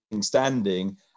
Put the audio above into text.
standing